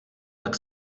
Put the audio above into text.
tak